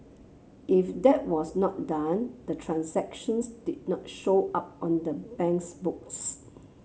if that was not done the transactions did not show up on the bank's books